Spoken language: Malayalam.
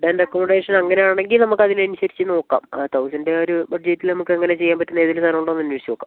ഫുഡ് ആൻഡ് അക്കോമഡേഷൻ അങ്ങനെ ആണെങ്കിൽ നമുക്ക് അതിനനുസരിച്ച് നോക്കാം ആ തൗസൻഡ് ആ ഒരു ബഡ്ജറ്റിൽ നമുക്ക് അങ്ങനെ ചെയ്യാൻ പറ്റുന്ന ഏതെങ്കിലും സ്ഥലം ഉണ്ടോ എന്ന് അന്വേഷിച്ച് നോക്കാം